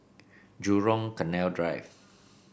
Jurong Canal Drive